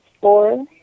four